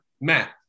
Matt